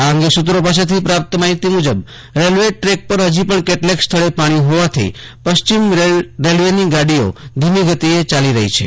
આ અંગે સુત્રી પાસેથી પ્રાપ્ત માહિતી મુજબ રેલ્વે ટ્રેક પર હજી પણ પાણી હોવાથી પશ્ચિમ રેલ્વેની ગાડીઓ ધીમી ગતિએ ચાલી રહી છે